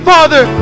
Father